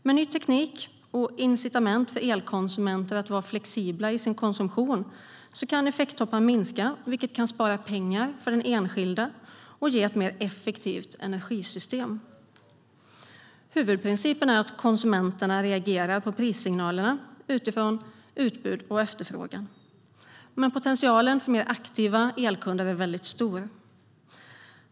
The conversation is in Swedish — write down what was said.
Med ny teknik och incitament för elkonsumenter att vara flexibla i sin konsumtion kan effekttoppar minska, vilket kan spara pengar för den enskilda och ge ett mer effektivt energisystem. Huvudprincipen är att konsumenterna reagerar på prissignalerna utifrån utbud och efterfrågan. Men potentialen för mer aktiva elkunder är väldigt stor.